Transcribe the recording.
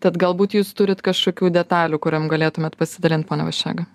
tad galbūt jūs turit kažkokių detalių kuriom galėtumėt pasidalint pone vaščega